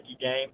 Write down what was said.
game